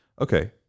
okay